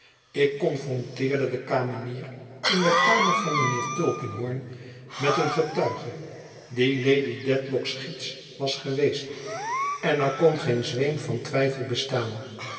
ik confronteerde de kamenier in de kamer van mijnheer tulkinghorn met een getuige die lady dedlock's gids was geweest en er kon geen zweem van twijfel bestaan